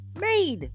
made